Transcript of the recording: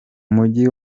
mujyi